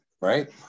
Right